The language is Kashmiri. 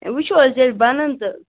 وٕچھو حَظ ییٚلہِ بنن تہٕ